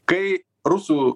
kai rusų